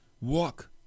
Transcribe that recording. Walk